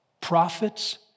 Prophets